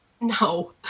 No